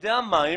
מתאגידי המים